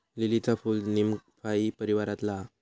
लीलीचा फूल नीमफाई परीवारातला हा